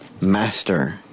Master